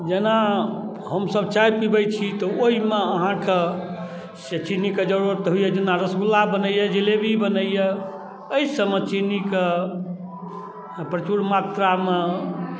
जेना हमसभ चाय पिबै छी तऽ ओहिमे अहाँके से चीनीके जरूरत तऽ होइए जेना रसगुल्ला बनैए जिलेबी बनैए एहिसभमे चीनीके प्रचुर मात्रामे